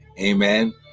Amen